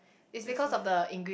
that's why